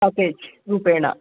package रूपेण